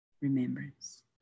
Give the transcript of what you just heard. Remembrance